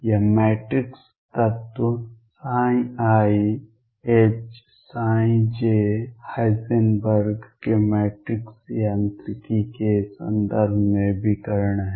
या मैट्रिक्स तत्व ⟨iHj⟩ Heisenberg के मैट्रिक्स यांत्रिकी के संदर्भ में विकर्ण है